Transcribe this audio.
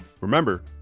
Remember